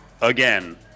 again